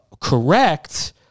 correct